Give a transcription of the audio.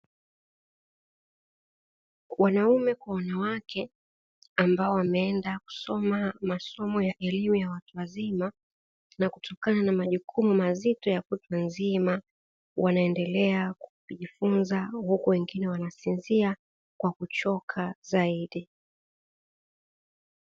Wanaume kwa wanawake ambao wameenda kusoma masomo ya elimu ya watu wazima na kutokana na majukumu mazito ya kutwa nzima wanaendelea kujifunza, huku wengine wanasinzia kwa kuchoka zaidi.